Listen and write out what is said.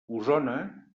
osona